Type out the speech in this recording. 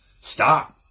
Stop